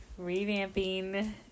revamping